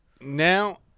now